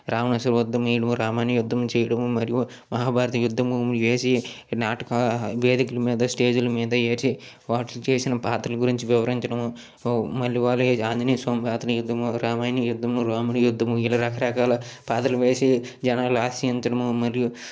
రావణాసుని యుద్ధం చేయడము రాముని యుద్ధం చేయడము మరియు మహాభారత యుద్ధమును వేసి నాటక వేదికల మీద స్టేజీల మీద వేసి వాటిలో చేసిన పాత్రల గురించి వివరించడము మళ్ళీ వాళ్ళ ఆంజనేయ స్వామి భరతుడి యుద్ధము రాముని యుద్ధము రాముని యుద్ధము ఇలా రకరకాల పాత్రలు వేసి జనాలు ఆశించడము మరియు